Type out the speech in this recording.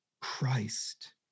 Christ